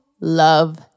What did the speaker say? love